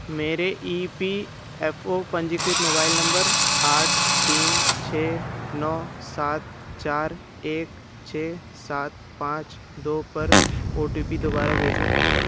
मेरे E P F O पंजीकृत mobile number आठ तीन छः नौ सात चार एक छः सात पाँच दो पर ओ टी पी दोबारा भेजें